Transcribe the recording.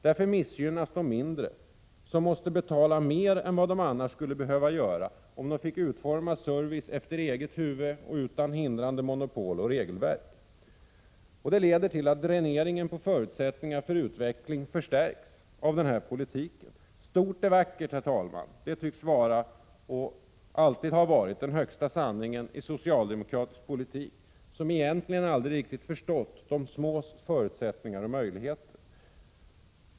Därför missgynnas de mindre kommunerna som måste betala mer än vad de skulle behöva om de fick utforma servicen efter eget huvud utan hindrande monopol och regelverk. Dräneringen på förutsättningar för utveckling förstärks av en sådan politik. ”Stort är vackert”, herr talman — det tycks vara och det tycks alltid ha varit den högsta sanningen i socialdemokratisk politik, som egentligen aldrig riktigt förstått de smås förutsättningar och möjligheter.